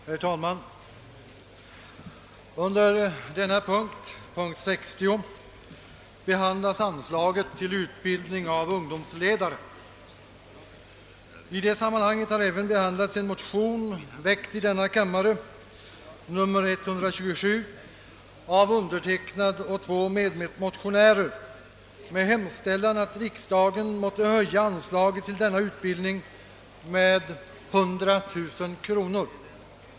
Herr talman! Under denna punkt behandlas anslaget till utbildning av ungdomsledare. I det sammanhanget har jag tillsammans med två andra ledamöter i denna kammare väckt en motion, nr 127, med hemställan att riksdagen måtte höja anslaget till denna utbildning med 100 000 kronor.